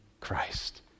Christ